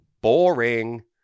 boring